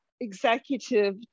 executive